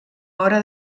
hora